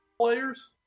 players